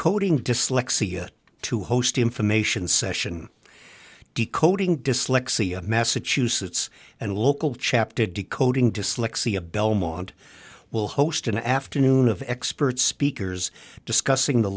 decoding dyslexia to host information session decoding dyslexia massachusetts and local chapter of decoding dyslexia belmont will host an afternoon of experts speakers discussing the